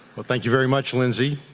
well thank you very much, lindsay,